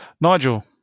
Nigel